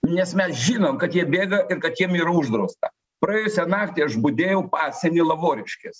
nes mes žinom kad jie bėga ir kad jiem yra uždrausta praėjusią naktį aš budėjau pasieny lavoriškės